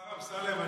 השר אמסלם,